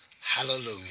hallelujah